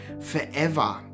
forever